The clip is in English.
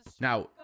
Now